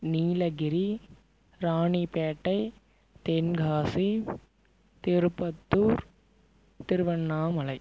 Nilgiri Ranipet Tenkasi Tirupattur Tiruvannamalai